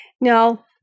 no